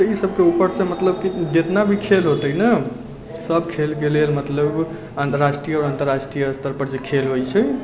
तऽ ई सबके ऊपर से मतलब की जितना भी खेल होतै ना सब खेल के लेल मतलब राष्ट्रीय आओर अंतर्राष्ट्रीय स्तर पर जे खेल होइ छै